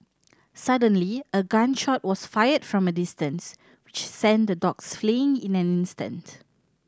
suddenly a gun shot was fired from a distance which sent the dogs fleeing in an instant